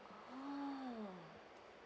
oh